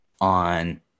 on